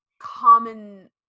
common